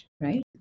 Right